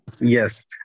Yes